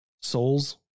Souls